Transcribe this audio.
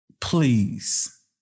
please